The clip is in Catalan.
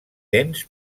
dents